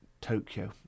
Tokyo